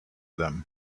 them